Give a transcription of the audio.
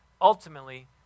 ultimately